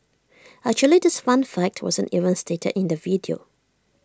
actually this fun fact wasn't even stated in the video